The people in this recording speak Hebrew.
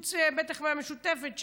חוץ מהמשותפת,